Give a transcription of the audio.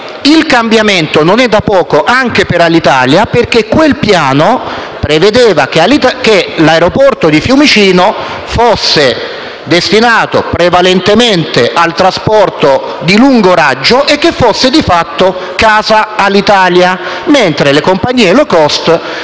il cambiamento non è da poco anche per Alitalia. Il Piano del 2012 prevedeva, infatti, che l'aeroporto di Fiumicino fosse destinato prevalentemente al trasporto di lungo raggio, diventando di fatto «casa Alitalia», e che le compagnie *low cost*